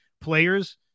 players